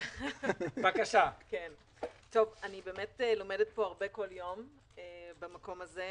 אני באמת לומדת פה הרבה כל יום במקום הזה.